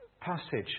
passage